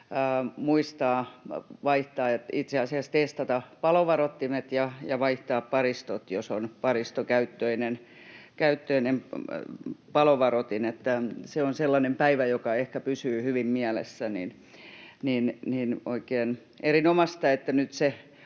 aina mainio päivä muistaa testata palovaroittimet ja vaihtaa paristot, jos on paristokäyttöinen palovaroitin. Se on sellainen päivä, joka ehkä pysyy hyvin mielessä. Oikein erinomaista, että nyt se